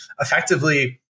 effectively